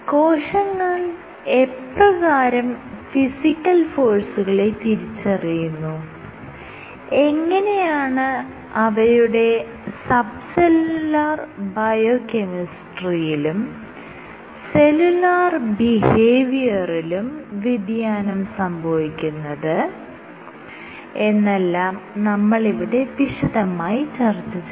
കോശങ്ങൾ എപ്രകാരം ഫിസിക്കൽ ഫോഴ്സുകളെ തിരിച്ചറിയുന്നു എങ്ങനെയാണ് അവയുടെ സബ് സെല്ലുലാർ ബയോകെമിസ്ട്രിയിയിലും സെല്ലുലാർ ബിഹേവിയറിലും വ്യതിയാനം സംഭവിക്കുന്നത് എന്നെല്ലാം നമ്മൾ ഇവിടെ വിശദമായി ചർച്ച ചെയ്യും